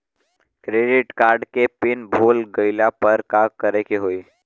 Credit card के pin भूल गईला पर का करे के होई?